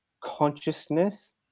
consciousness